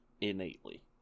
innately